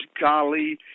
golly